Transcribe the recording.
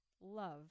love